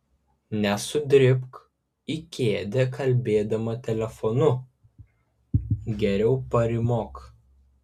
nesudribk į kėdę kalbėdama telefonu geriau parymok